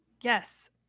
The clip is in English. Yes